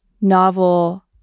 novel